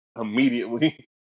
immediately